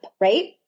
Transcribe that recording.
right